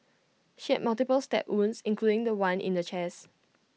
she had multiple stab wounds including The One in the chest